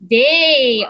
day